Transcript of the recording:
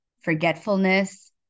forgetfulness